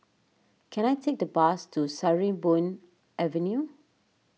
can I take the bus to Sarimbun Avenue